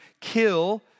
kill